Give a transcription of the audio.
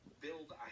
build